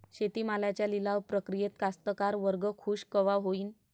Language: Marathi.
शेती मालाच्या लिलाव प्रक्रियेत कास्तकार वर्ग खूष कवा होईन?